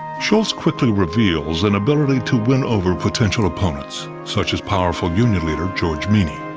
shultz quickly reveals an ability to win over potential opponents such as powerful union leader george meany.